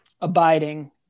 abiding